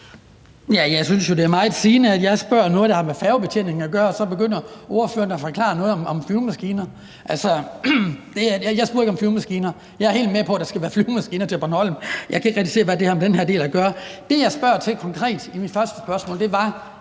Jeg synes jo, det er meget sigende, at jeg spørger om noget, der har med færgebetjeningen at gøre, og så begynder ordføreren at forklare noget om flyvemaskiner. Jeg spurgte ikke om flyvemaskiner. Jeg er helt med på, at der skal være flyvemaskiner til Bornholm, men jeg kan ikke rigtig se, hvad det har med den her del at gøre. Det, jeg konkret spurgte til i mit første spørgsmål, var: